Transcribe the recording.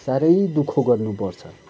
साह्रै दुःख गर्नुपर्छ